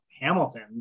Hamilton